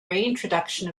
reintroduction